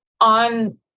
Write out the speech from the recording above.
on